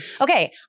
Okay